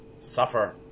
suffer